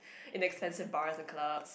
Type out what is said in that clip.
in expensive bars and club